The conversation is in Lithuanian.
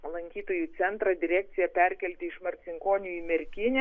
lankytojų centrą direkciją perkelti iš marcinkonių į merkinę